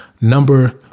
Number